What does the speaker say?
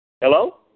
Hello